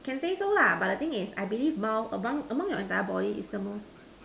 can say so lah but the thing is I believe mouth among among your entire body is the most